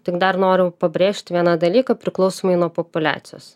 tik dar noriu pabrėžti vieną dalyką priklausomai nuo populiacijos